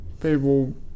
people